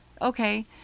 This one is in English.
Okay